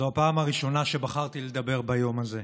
זו הפעם הראשונה שבחרתי לדבר ביום הזה.